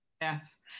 Yes